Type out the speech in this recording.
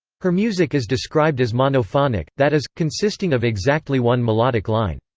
her music is described as monophonic, that is, consisting of exactly one melodic line.